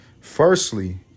Firstly